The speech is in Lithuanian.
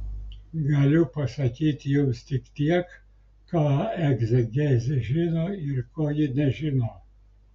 galiu pasakyti jums tik tiek ką egzegezė žino ir ko ji nežino